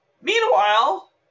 Meanwhile